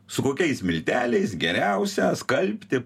su kokiais milteliais geriausia skalbti